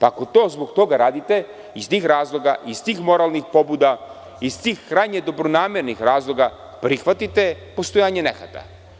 Ako to radite iz tih razloga, iz tih moralnih pobuda, iz tih krajnje dobronamernih razloga prihvatite postojanje nehata.